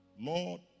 Lord